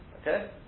okay